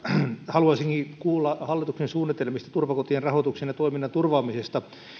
haluaisinkin kuulla hallituksen suunnitelmista turvakotien rahoituksen ja toiminnan turvaamiseksi